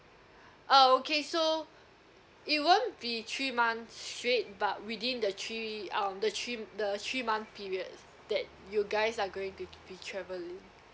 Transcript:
uh okay so it won't be three months straight but within the three um the three the three month period that you guys are going to be travelling